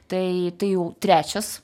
tai tai jau trečias